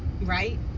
right